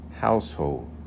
household